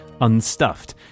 unstuffed